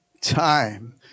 time